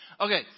Okay